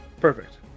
Perfect